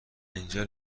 اینجا